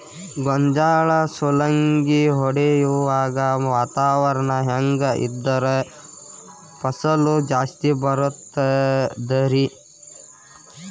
ಗೋಂಜಾಳ ಸುಲಂಗಿ ಹೊಡೆಯುವಾಗ ವಾತಾವರಣ ಹೆಂಗ್ ಇದ್ದರ ಫಸಲು ಜಾಸ್ತಿ ಬರತದ ರಿ?